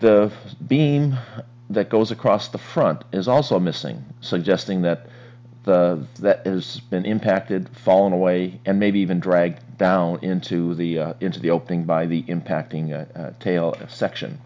the beam that goes across the front is also missing suggesting that the that it has been impacted falling away and maybe even dragged down into the into the opening by the impacting tail section